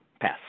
Pass